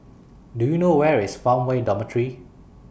Do YOU know Where IS Farmway Dormitory